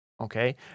Okay